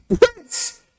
Prince